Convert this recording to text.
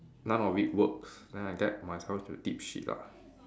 none of it worked then I get myself into deep shit ah